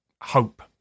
hope